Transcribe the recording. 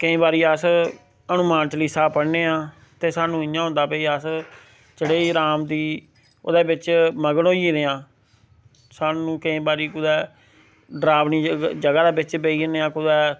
केईं बारी अस हनुमान चालीसा पढ़ा ने आं ते स्हानू इयां होंदा भाई अस जेह्ड़े राम दी ओह्दे च मग्न होई गेदे आं स्हानू केईं बारी कुतै डरावनी जगह दे बिच बेही जन्ने आं कुतै